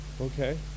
Okay